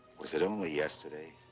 was it only yesterday?